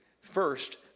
First